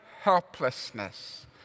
helplessness